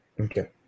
Okay